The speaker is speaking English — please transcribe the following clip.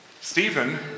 Stephen